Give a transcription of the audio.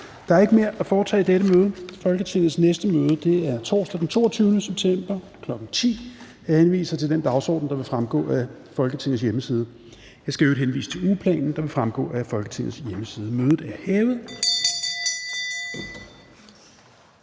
Der er ikke mere at foretage i dette møde. Folketingets næste møde afholdes torsdag den 22. september 2022, kl. 10.00. Jeg henviser til den dagsorden, der vil fremgå af Folketingets hjemmeside. Jeg skal i øvrigt henvise til ugeplanen, der vil fremgå af Folketingets hjemmeside. Mødet er hævet.